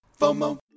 Fomo